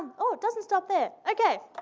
oh, it doesn't stop there. okay.